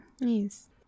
Nice